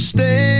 Stay